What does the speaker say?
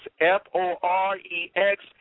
F-O-R-E-X